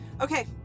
Okay